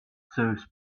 serves